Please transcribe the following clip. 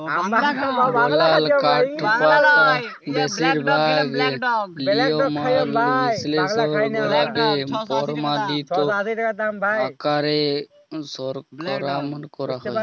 বলাল কাঠপাটা বেশিরভাগ লিরমাল শিল্পে লাইগে পরমালিত আকারে সরবরাহ ক্যরা হ্যয়